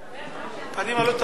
אדוני היושב-ראש,